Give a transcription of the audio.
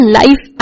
life